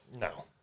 No